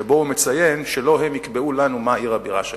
שבו הוא מציין שלא הם יקבעו לנו מה עיר הבירה שלנו.